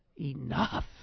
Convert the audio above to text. enough